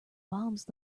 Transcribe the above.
bombs